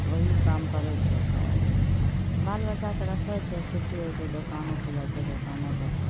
वएह काम करै छै तऽ बाल बच्चाकेँ राखै छै छुट्टी होइ छै दोकानोपर जाइ छै दोकानोपर अपन